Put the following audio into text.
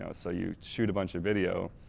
yeah so you shoot a bunch of video,